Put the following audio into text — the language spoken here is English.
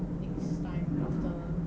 next time after